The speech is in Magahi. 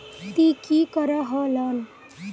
ती की करोहो लोन?